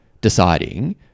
deciding